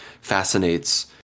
fascinates